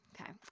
okay